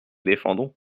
défendons